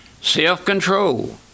self-control